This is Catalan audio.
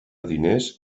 diners